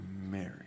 Mary